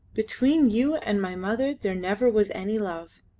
between you and my mother there never was any love.